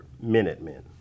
Minutemen